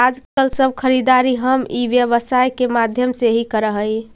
आजकल सब खरीदारी हम ई व्यवसाय के माध्यम से ही करऽ हई